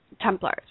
Templars